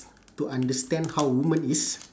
to understand how woman is